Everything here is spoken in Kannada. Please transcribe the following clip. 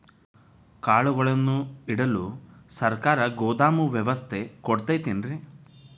ಕಾಳುಗಳನ್ನುಇಡಲು ಸರಕಾರ ಗೋದಾಮು ವ್ಯವಸ್ಥೆ ಕೊಡತೈತೇನ್ರಿ?